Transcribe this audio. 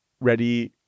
ready